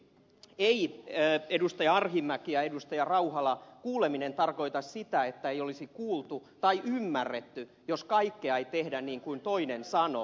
ei edustajat arhinmäki ja rauhala kuuleminen tarkoita sitä että ei olisi kuultu tai ymmärretty jos kaikkea ei tehdä niin kuin toinen sanoo